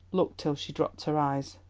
looked till she dropped her eyes.